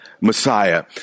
Messiah